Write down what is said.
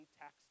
tax